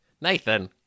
Nathan